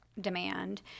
demand